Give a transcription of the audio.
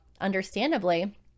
understandably